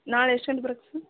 ನಾಳೆ ಎಷ್ಡು ಗಂಟೆಗೆ ಬರೋಕೆ ಸರ್